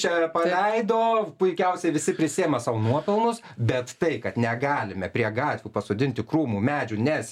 čia paleido puikiausiai visi prisiima sau nuopelnus bet tai kad negalime prie gatvių pasodinti krūmų medžių nes